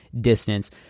distance